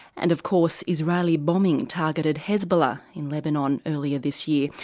and of course israeli bombing targeted hezbollah in lebanon earlier this year.